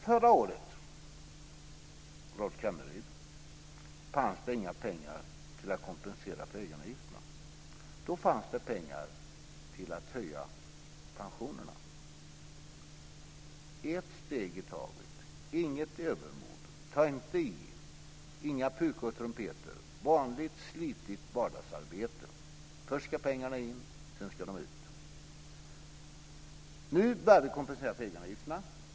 Fru talman! Förra året fanns det inga pengar till att kompensera för egenavgifterna. Då fanns det pengar till att höja pensionerna. Det handlar om ett steg i taget, inget övermod, ta inte i, inga pukor och trumpeter utan vanligt slitigt vardagsarbete. Först ska pengarna in, sedan ska de ut. Nu kompenserar vi för egenavgifterna.